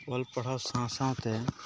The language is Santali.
ᱚᱞ ᱯᱟᱲᱦᱟᱣ ᱥᱟᱶ ᱥᱟᱶᱛᱮ